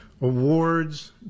awards